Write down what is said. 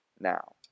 now